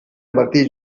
martí